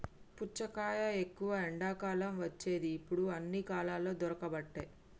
పుచ్చకాయ ఎక్కువ ఎండాకాలం వచ్చేది ఇప్పుడు అన్ని కాలాలల్ల దొరుకబట్టె